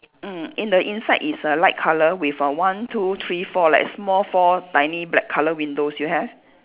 mm in the inside is a light colour with a one two three four like small four tiny black colour windows you have